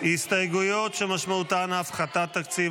הסתייגויות שמשמעותן הפחתת תקציב.